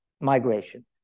migration